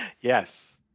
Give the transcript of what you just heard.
Yes